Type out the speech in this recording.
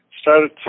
started